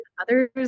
others